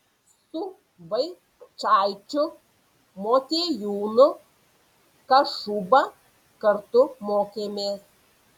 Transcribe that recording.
su vaičaičiu motiejūnu kašuba kartu mokėmės